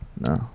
No